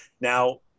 Now